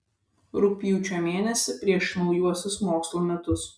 rugpjūčio mėnesį prieš naujuosius mokslo metus